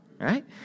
right